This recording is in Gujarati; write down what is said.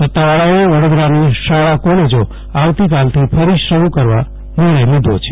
સત્તાવાળાઓએ વડોદરાની શાળા કોલેજ આવતીકાલથી ફરી શરૂ કરવાનો નિર્ણય લીધો છે